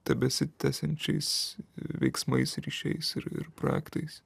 tebesitęsiančiais veiksmais ryšiais ir ir projektais